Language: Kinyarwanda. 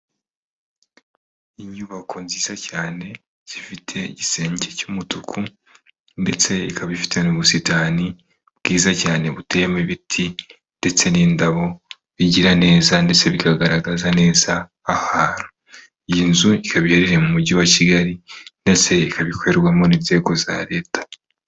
Inyubako nziza cyane zifite igisenge cy'umutuku ndetse ikaba ifite n'ubusitani bwiza cyane buteyemo ibiti ndetse n'indabo bigira neza ndetse bikagaragaza neza, iyi nzu ikaba ihereye mu mujyi wa kigali ndetse ikaba ikorerwamo n'inzego za leta.